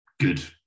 good